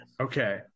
Okay